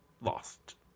lost